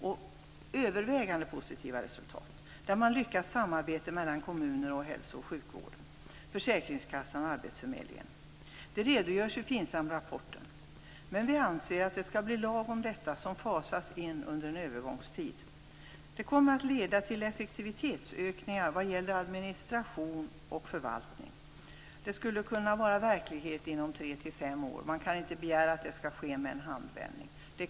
Till övervägande delen har det varit positiva resultat. Det har varit ett lyckat samarbete mellan kommuner, hälso och sjukvården, försäkringskassan och arbetsförmedlingen. Detta redovisas i FINSAM-rapporten. Vi anser att det skall bli en lag om detta som under en övergångstid fasas in. Det kommer att leda till effektivitetsökningar vad gäller administration och förvaltning och det skulle kunna vara verklighet inom tre-fem år. Man kan inte begära att det skall ske i en handvändning.